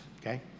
okay